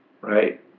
right